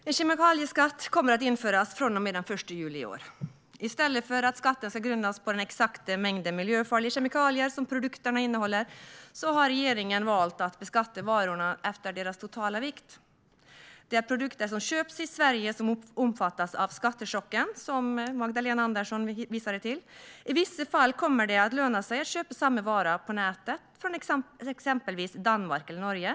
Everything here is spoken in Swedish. Herr talman! En kemikalieskatt kommer att införas från och med den 1 juli i år. I stället för att skatten ska grundas på den exakta mängd miljöfarliga kemikalier som produkterna innehåller har regeringen valt att beskatta varorna efter deras totala vikt. Det är produkter som köps i Sverige som omfattas av den skattechock som Magdalena Andersson hänvisade till. I vissa fall kommer det att löna sig att köpa samma vara på nätet, från exempelvis Danmark eller Norge.